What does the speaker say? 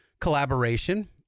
collaboration